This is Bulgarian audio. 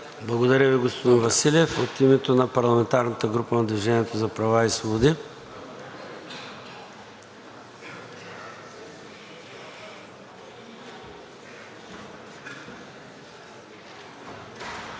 Благодаря Ви, господин Терзийски. От името на парламентарната група на „Движение за права и свободи“.